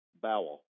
bowel